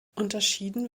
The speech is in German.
unterschieden